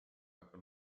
aga